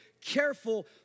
careful